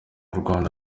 rwanda